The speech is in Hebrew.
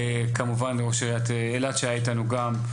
כמובן ראש עיריית אילת שהיה איתנו גם,